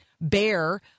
bear